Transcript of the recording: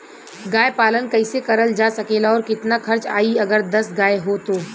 गाय पालन कइसे करल जा सकेला और कितना खर्च आई अगर दस गाय हो त?